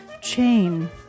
chain